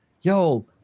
yo